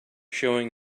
showing